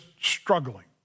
struggling